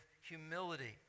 humility